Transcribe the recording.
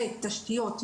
ב' תשתיות,